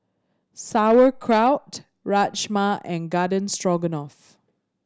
Sauerkraut Rajma and Garden Stroganoff